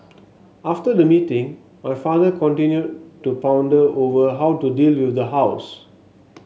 after the meeting my father continued to ponder over how to deal with the house